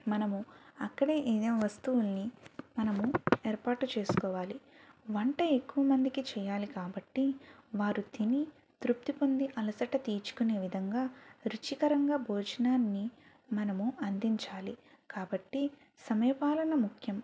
మనము అక్కడే ఏవైనా వస్తువులని మనము ఏర్పాటు చేసుకోవాలి వంట ఎక్కువ మందికి చేయాలి కాబట్టి వారు తిని తృప్తి పొంది అలసట తీర్చుకునే విధంగా రుచికరంగా భోజనాన్ని మనము అందించాలి కాబట్టి సమయపాలన ముఖ్యం